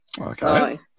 Okay